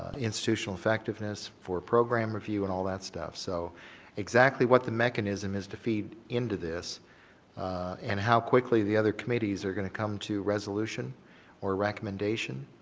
institutional effectiveness for program review and all that stuff. so exactly what the mechanism is to feed into this and how quickly the other committees are going to come to resolution or recommendation.